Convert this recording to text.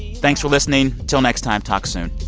thanks for listening. until next time, talk soon